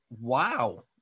wow